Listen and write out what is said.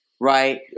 Right